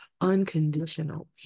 Unconditional